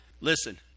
Listen